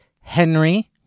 Henry